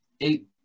eight